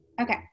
Okay